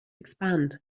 expand